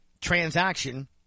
transaction